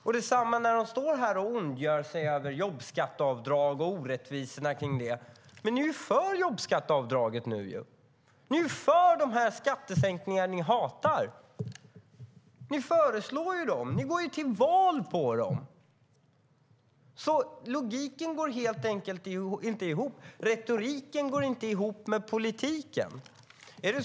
Det är samma sak när ni står här och ondgör er över jobbskatteavdrag och orättvisorna kring det. Ni är ju för jobbskatteavdraget nu? Ni är för de skattesänkningar som ni hatar. Ni föreslår dem, och ni går till val på dem. Logiken går inte ihop. Retoriken går inte ihop med politiken.